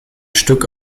stück